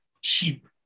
sheep